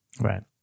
Right